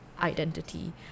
Identity